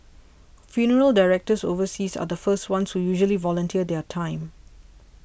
funeral directors overseas are the first ones who usually volunteer their time